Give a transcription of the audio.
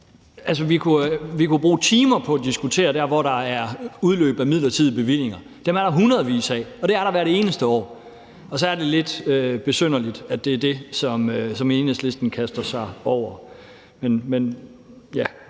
vi kunne bruge timer på at diskutere de steder, hvor der er udløb af midlertidige bevillinger. Dem er der hundredvis af, og det er der hvert eneste år, og så er det lidt besynderligt, at det er det, som Enhedslisten kaster sig over. Men ja,